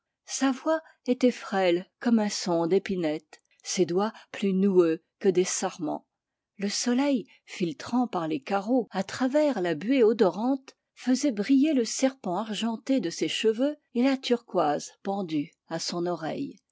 sa voix était frêle comme un son d'épinette ses doigts plus noueux que des sarments le soleil filtrant par les carreaux à travers la buée odorante faisait briller le serpent argenté de ses cheveux et la turquoise pendue à son oreille